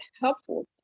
helpful